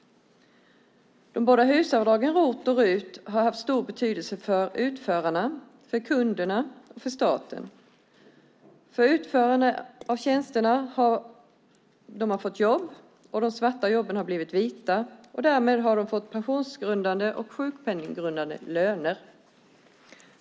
De båda HUS-avdragen, ROT och RUT, har haft stor betydelse för utförarna, för kunderna och för staten. Utförarna av tjänsterna har fått jobb. De svarta jobben har blivit vita, och därmed har de fått pensionsgrundande och sjukpenninggrundande löner.